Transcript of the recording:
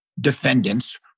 defendants